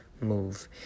Move